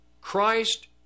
Christ